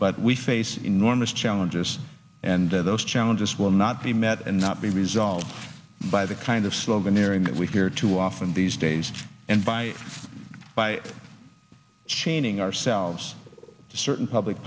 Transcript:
but we face enormous challenges and those challenges will not be met and not be resolved by the kind of sloganeering that we hear too often these days and by by chaining ourselves certain public